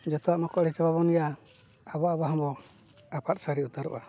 ᱡᱚᱛᱚᱣᱟᱜ ᱢᱟᱠᱚ ᱮᱲᱮ ᱪᱟᱵᱟᱵᱚᱱ ᱜᱮᱭᱟ ᱟᱵᱚ ᱟᱵᱚ ᱦᱚᱸᱵᱚᱱ ᱟᱯᱟᱫ ᱥᱟᱹᱨᱤ ᱩᱛᱟᱹᱨᱚᱜᱼᱟ